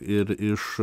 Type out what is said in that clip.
ir iš